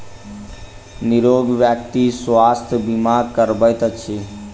निरोग व्यक्ति स्वास्थ्य बीमा करबैत अछि